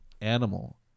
animal